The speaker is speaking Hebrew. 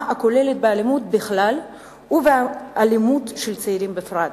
הכוללת באלימות בכלל ובאלימות של צעירים בפרט.